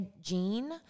gene